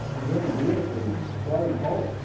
again beautifully played hole.